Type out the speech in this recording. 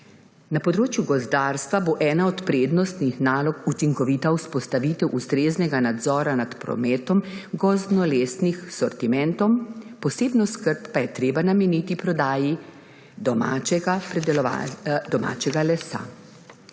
Na področju gozdarstva bo ena od prednostnih nalog učinkovita vzpostavitev ustreznega nadzora nad prometom gozdnih lesnih sortimentov, posebno skrb pa je treba nameniti prodaji domačega lesa.